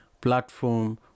platform